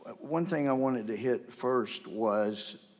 ah one thing i wanted to hit first was,